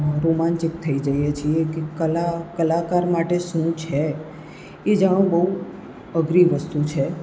રોમાંચિત થઈ જઈએ છીએ કે કલા કલાકાર માટે શું છે એ જાણવું બહુ અઘરી વસ્તુ છે